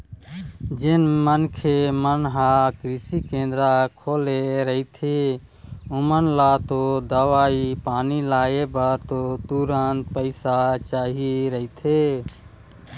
जेन मनखे मन ह कृषि केंद्र खोले रहिथे ओमन ल तो दवई पानी लाय बर तो तुरते पइसा चाही रहिथे